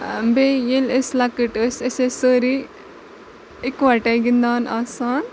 بیٚیہِ ییٚلہِ أسۍ لۄکٔٹ ٲسۍ أسۍ ٲسۍ سٲری یِکہٕ وَٹے گِندان آسان